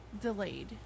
delayed